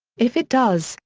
if it does,